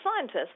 scientists